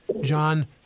John